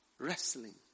Wrestling